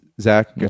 Zach